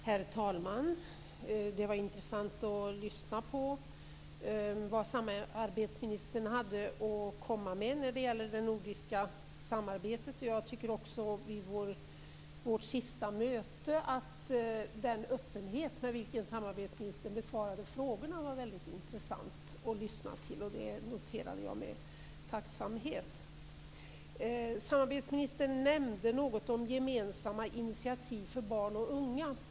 Herr talman! Det var intressant att lyssna på vad samarbetsministern hade att komma med när det gäller det nordiska samarbetet. Den öppenhet med vilken samarbetsministern besvarade frågorna vid vårt senaste möte var också mycket positiv och något jag noterade med tacksamhet. Samarbetsministern nämnde något om gemensamma initiativ för barn och unga.